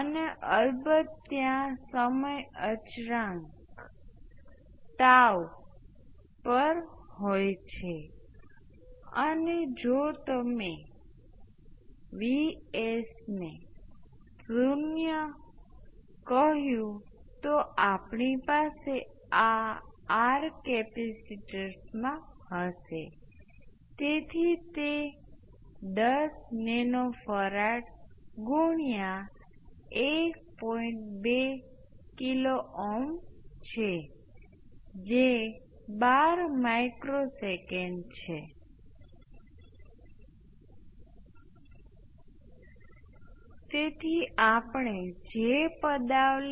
આ પહેલેથી જ તમને કહે છે કે આ I 1 ને ચાલુ રાખી શકાતું નથી I 1 માં પણ એક જમ્પ હોવો જોઈએ કારણ કે જો I 1 સતત ચાલુ રહે તો I 1 નો ઢાળ દરેક જગ્યાએ મર્યાદિત હશે અને આપણે જમણી બાજુ ક્યારેય ઇમ્પલ્સ લાવી શકતા નથી જ્યાં ડાબી બાજુ મર્યાદિત જથ્થો છે